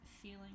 feeling